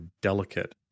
delicate